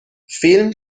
فیلم